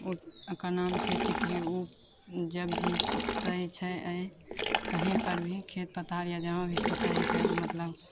ओकर नाम छै टिटही ओ जब भी सुतै छै अइ कहीँपर भी खेत पथार या जहाँ भी सुतै हिकै ओ मतलब